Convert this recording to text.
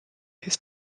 his